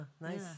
nice